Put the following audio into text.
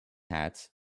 hats